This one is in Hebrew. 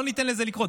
לא ניתן לזה לקרות.